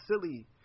silly